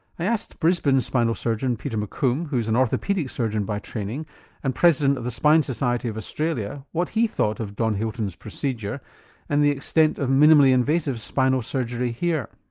i asked brisbane spinal surgeon peter mccombe, who's an orthopaedic surgeon by training and president of the spine society of australia what he thought of don hilton's procedure and the extent of minimally invasive spinal surgery here.